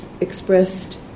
expressed